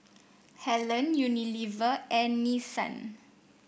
Helen Unilever and Nissan